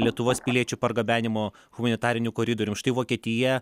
lietuvos piliečių pargabenimo humanitariniu koridorium štai vokietija